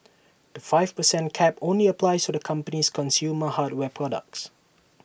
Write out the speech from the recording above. the five per cent cap only applies to the company's consumer hardware products